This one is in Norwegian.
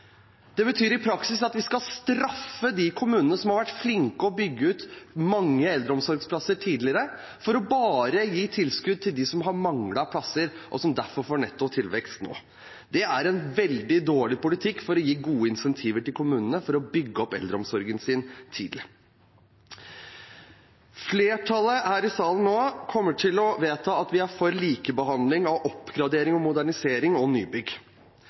Det betyr i praksis at vi skal straffe de kommunene som har vært flinke til å bygge ut mange eldreomsorgsplasser tidligere, for bare å gi tilskudd til dem som har manglet plasser, og som derfor får netto tilvekst nå. Det er en veldig dårlig politikk for å gi gode incentiver til kommunene til å bygge opp eldreomsorgen sin tidlig. Flertallet her i salen kommer til å vedta at vi likebehandler oppgradering og modernisering og nybygg.